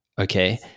okay